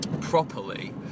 properly